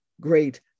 great